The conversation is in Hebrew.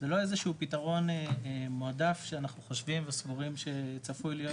זה לא איזה שהוא פתרון מועדף שאנחנו חושבים וסבורים שצפוי להיות